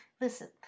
Listen